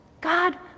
God